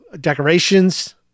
decorations